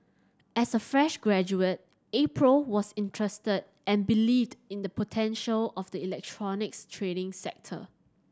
as a fresh graduate April was interested and believed in the potential of the electronics trading sector